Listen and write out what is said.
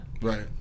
Right